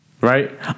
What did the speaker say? Right